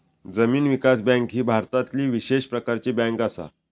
जमीन विकास बँक ही भारतातली विशेष प्रकारची बँक असा